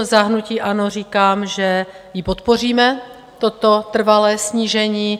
Za hnutí ANO říkám, že ji podpoříme, toto trvalé snížení.